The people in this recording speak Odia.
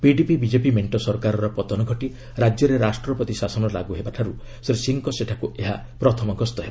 ପିଡିପି ବିଜେପି ମେଣ୍ଟ ସରକାରର ପତନ ଘଟି ରାଜ୍ୟରେ ରାଷ୍ଟ୍ରପତି ଶାସନ ଲାଗୁ ହେବାଠାରୁ ଶ୍ରୀ ସିଂଙ୍କ ସେଠାକୁ ଏହା ପ୍ରଥମ ଗସ୍ତ ହେବ